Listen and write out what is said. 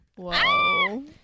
Whoa